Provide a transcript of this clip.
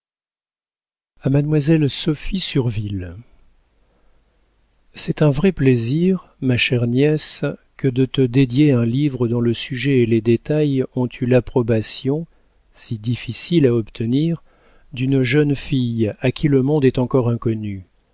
mademoiselle sophie surville c'est un vrai plaisir ma chère nièce que de te dédier un livre dont le sujet et les détails ont eu l'approbation si difficile à obtenir d'une jeune fille à qui le monde est encore inconnu